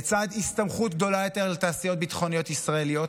לצד הסתמכות גדולה יותר לתעשיות ביטחוניות ישראליות,